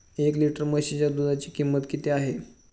एक लिटर म्हशीच्या दुधाची किंमत किती आहे?